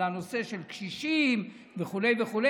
על הנושא של קשישים וכו' וכו'.